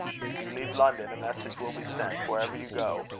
if you leave london, a message will be sent, wherever you go,